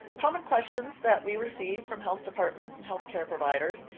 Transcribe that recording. common questions that we received from health departments and health care providers,